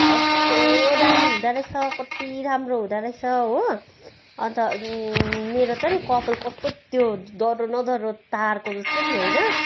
कस्तो दामी हुँदो रहेछ कति राम्रो हुँदो रहेछ हो अन्त मेरो त नि कपाल कस्तो त्यो दह्रो न दह्रो तारको जस्तै थियो होइन